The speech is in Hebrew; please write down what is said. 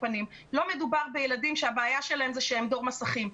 פנים שלא מדובר בילדים שהבעיה שלהם היא שהם דור מסכים.